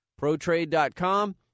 ProTrade.com